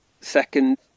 second